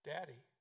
Daddy